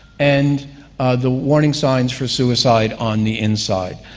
and the warning signs for suicide on the inside.